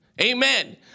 Amen